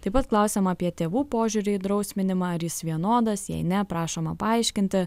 taip pat klausiama apie tėvų požiūrį į drausminimą ar jis vienodas jei ne prašoma paaiškinti